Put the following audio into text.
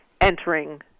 entering